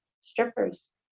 strippers